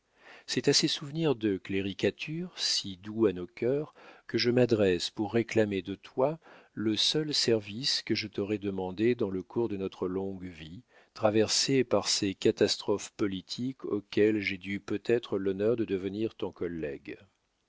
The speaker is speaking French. c'est à ces souvenirs de cléricature si doux à nos cœurs que je m'adresse pour réclamer de toi le seul service que je t'aurai demandé dans le cours de notre longue vie traversée par ces catastrophes politiques auxquelles j'ai dû peut-être l'honneur de devenir ton collègue